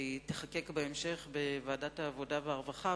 והיא תיחקק בהמשך בוועדת העבודה והרווחה,